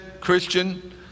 Christian